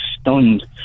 stunned